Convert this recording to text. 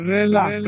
Relax